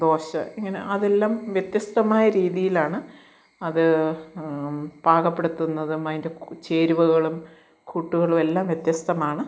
ദോശ ഇങ്ങനെ അതെല്ലാം വ്യത്യസ്തമായ രീതിയിലാണ് അത് പാകപ്പെടുത്തുന്നതും അതിൻ്റെ ക് ചേരുവകളും കൂട്ടുകളും എല്ലാം വ്യത്യസ്തമാണ്